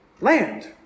land